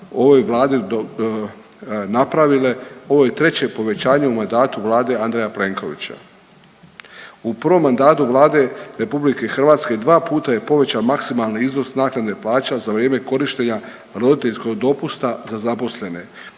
ovoj vladi napravile, ovo je treće povećanje u mandatu vlade Andreja Plenkovića. U prvom mandatu Vlade RH dva puta je povećan maksimalan iznos naknade plaća za vrijeme korištenja roditeljskog dopusta za zaposlene